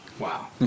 Wow